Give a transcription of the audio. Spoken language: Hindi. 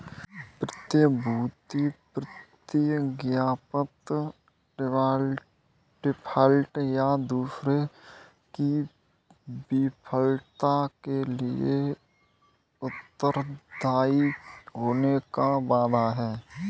प्रतिभूति प्रतिज्ञापत्र डिफ़ॉल्ट, या दूसरे की विफलता के लिए उत्तरदायी होने का वादा है